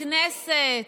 הכנסת